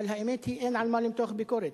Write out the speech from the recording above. אבל האמת היא שאין על מה למתוח ביקורת,